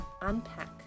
unpack